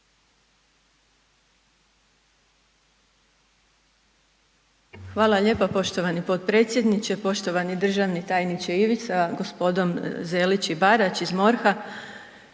Hvala lijepa poštovani potpredsjedniče. Poštovani državni tajniče Ivić sa gospodom Zelić i Barać iz MORH-a